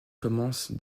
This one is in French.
commence